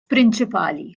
prinċipali